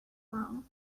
wrong